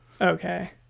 okay